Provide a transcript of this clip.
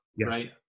right